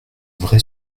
vrai